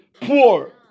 poor